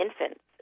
infants